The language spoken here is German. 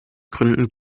gründen